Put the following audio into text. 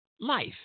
life